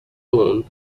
tone